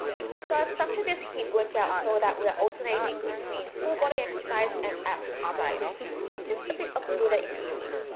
so i've structured this heat workout so that we're alternating between full-body exercise and abs exercise just a bit of breather in between